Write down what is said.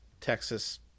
Texas